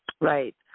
Right